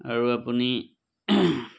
আৰু আপুনি